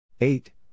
eight